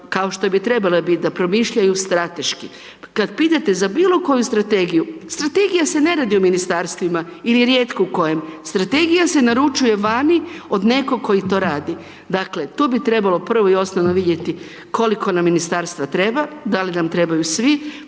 kao što bi trebala biti da promišljaju strateški. Kad pitate za bilo koju strategiju, strategija se ne radi u Ministarstvima ili rijetko u kojem. Strategija se naručuje vani od nekoga tko to radi. Dakle, tu bi trebalo prvo i osnovno vidjeti koliko nam Ministarstva treba, da li nam trebaju svi,